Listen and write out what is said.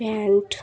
pant